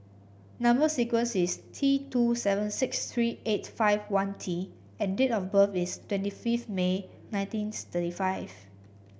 number sequence is T two seven six three eight five one T and date of birth is twenty fifth May nineteen thirty five